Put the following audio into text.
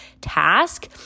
task